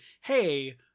Hey